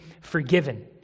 forgiven